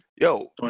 Yo